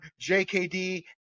JKD